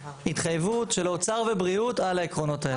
התחייבות של אוצר ובריאות על העקרונות האלה.